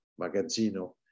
Magazzino